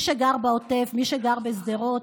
מי שגר בעוטף, מי שגר בשדרות,